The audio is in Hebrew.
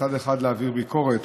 מצד אחד להעביר ביקורת.